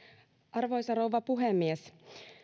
arvoisa rouva puhemies